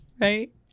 Right